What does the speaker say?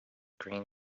green